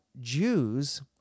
Jews